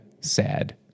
sad